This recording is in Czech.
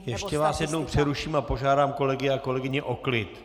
Ještě vás jednou přeruším a požádám kolegy a kolegyně o klid!